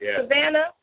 Savannah